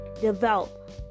develop